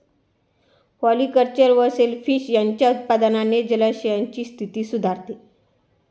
polyculture व shellfish यांच्या उत्पादनाने जलाशयांची स्थिती सुधारते